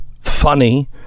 Funny